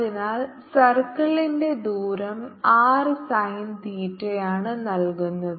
അതിനാൽ സർക്കിളിന്റെ ദൂരം r സൈൻ തീറ്റയാണ് നൽകുന്നത്